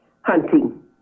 hunting